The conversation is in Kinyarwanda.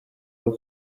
aho